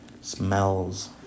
smells